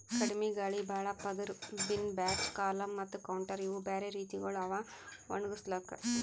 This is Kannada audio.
ಕಡಿಮಿ ಗಾಳಿ, ಭಾಳ ಪದುರ್, ಬಿನ್ ಬ್ಯಾಚ್, ಕಾಲಮ್ ಮತ್ತ ಕೌಂಟರ್ ಇವು ಬ್ಯಾರೆ ರೀತಿಗೊಳ್ ಅವಾ ಒಣುಗುಸ್ಲುಕ್